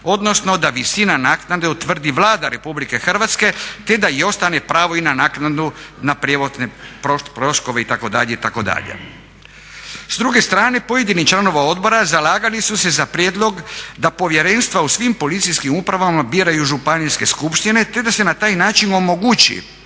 odnosno da visinu naknade utvrdi Vlada Republike Hrvatske te da ostane i pravo na naknadu na troškove prijevoza itd., itd. S druge strane pojedini članovi odbora zalagali su se za prijedlog da povjerenstva u svim policijskim upravama biraju županijske skupštine te da se na taj način omogući